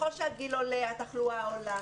ככל שהגיל עולה, התחלואה עולה.